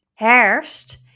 herfst